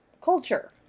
culture